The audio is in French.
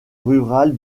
rural